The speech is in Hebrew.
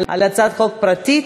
על הצעת חוק פרטית,